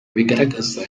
abigaragaza